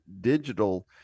Digital